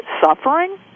suffering